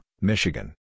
Michigan